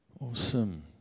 Awesome